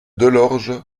delorge